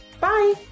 Bye